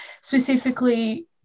specifically